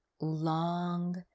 long